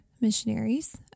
missionaries